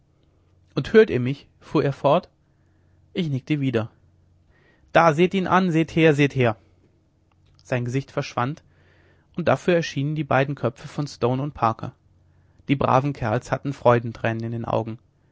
und hört ihr mich fuhr er fort ich nickte wieder da seht ihn an seht her seht her sein gesicht verschwand und dafür erschienen die beiden köpfe von stone und parker die braven kerls hatten freudentränen in den augen